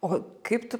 o kaip tu